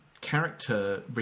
character